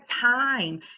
time